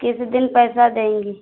किस दिन पैसा देंगी